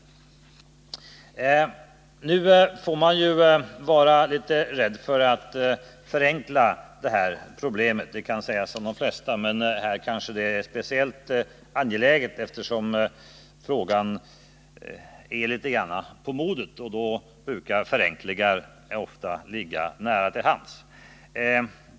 Nu får man naturligtvis akta sig för att förenkla det här problemet. Men när det gäller problem ”på modet” brukar förenklingar ofta ligga nära till hands.